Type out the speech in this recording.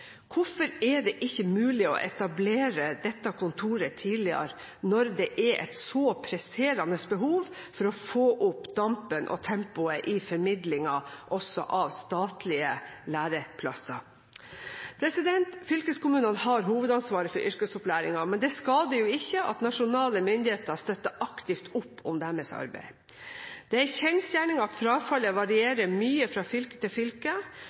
Hvorfor er det ikke mulig å etablere dette kontoret tidligere når det er et så presserende behov for å få opp dampen og tempoet i formidlingen også av statlige læreplasser? Fylkeskommunene har hovedansvaret for yrkesopplæringen, men det skader jo ikke at nasjonale myndigheter støtter aktivt opp om deres arbeid. Det er en kjensgjerning at frafallet varierer mye fra fylke til fylke,